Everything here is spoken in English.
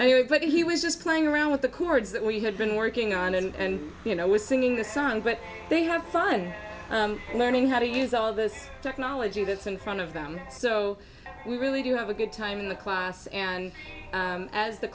anyway but he was just playing around with the chords that we had been working on and you know was singing the song but they have fun learning how to use all this technology that's in front of them so we really do have a good time in the class and as the